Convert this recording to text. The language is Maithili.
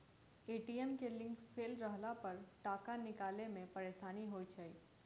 ए.टी.एम के लिंक फेल रहलापर टाका निकालै मे परेशानी होइत छै